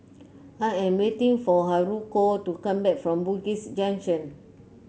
I am waiting for Haruko to come back from Bugis Junction